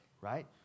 Right